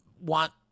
want